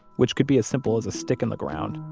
which could be as simple as a stick in the ground,